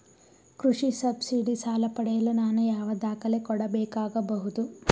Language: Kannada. ಕೃಷಿ ಸಬ್ಸಿಡಿ ಸಾಲ ಪಡೆಯಲು ನಾನು ಯಾವ ದಾಖಲೆ ಕೊಡಬೇಕಾಗಬಹುದು?